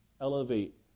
Elevate